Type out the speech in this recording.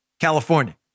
California